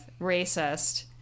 racist